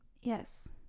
Yes